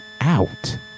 out